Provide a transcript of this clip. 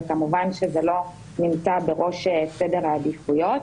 וכמובן זה לא נמצא בראש סדר העדיפויות.